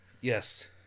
Yes